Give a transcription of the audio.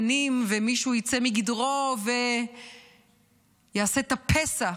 נים ומישהו יצא מגדרו ויעשה את הפסע.